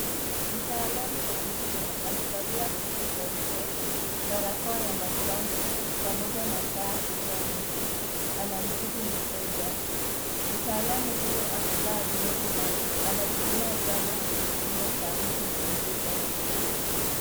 Mtaalamu wa meno amevalia koti nyeupe, barakoa ya manjano pamoja na taa kichwani, anamtibu mteja . Mtaalamu huyo amevaa glovu na anatumia zana kwenye kinywa Cha mtu mwingine.